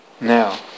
now